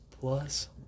plus